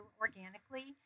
organically